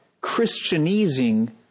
Christianizing